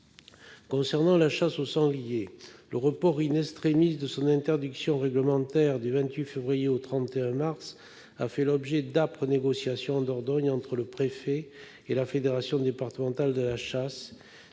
Concernant la chasse au sanglier, le report de son interdiction réglementaire du 28 février au 31 mars 2019 a fait l'objet d'âpres négociations en Dordogne entre le préfet et la fédération départementale de chasse.